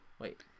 Wait